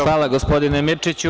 Hvala, gospodine Mirčiću.